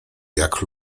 jak